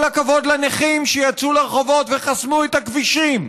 כל הכבוד לנכים שיצאו לרחובות וחסמו את הכבישים,